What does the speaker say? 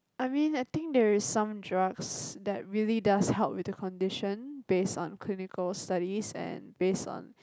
I mean I think there is some drugs that really does help with the condition based on clinical studies and based on